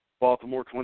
Baltimore